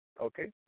okay